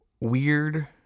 weird